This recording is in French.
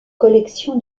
collection